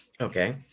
Okay